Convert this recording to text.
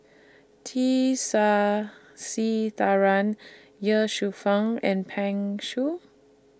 T Sasitharan Ye Shufang and Pan Shou